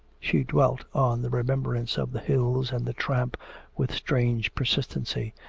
she dwelt on the remembrance of the hills and the tramp with strange persistency,